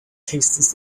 tastes